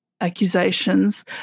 accusations